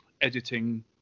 editing